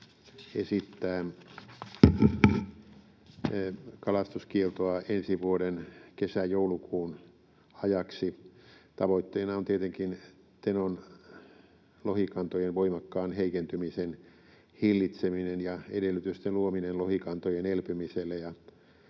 esittää kalastuskieltoa ensi vuoden kesä—joulukuun ajaksi. Tavoitteena on tietenkin Tenon lohikantojen voimakkaan heikentymisen hillitseminen ja edellytysten luominen lohikantojen elpymiselle